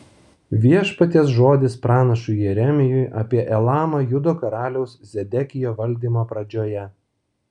viešpaties žodis pranašui jeremijui apie elamą judo karaliaus zedekijo valdymo pradžioje